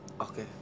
Okay